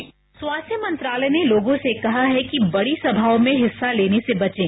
sound bite स्वास्थ्य मंत्रालय ने लोगों से कहा है कि बड़ी सभाओं में हिस्सा लेने से बचें